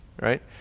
right